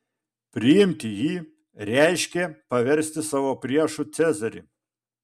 priimti jį reiškė paversti savo priešu cezarį